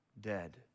dead